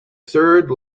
third